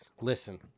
listen